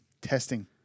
testing